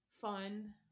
fun